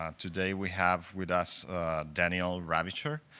um today, we have with us daniel ravicher,